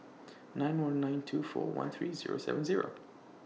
nine one nine two four one three Zero seven Zero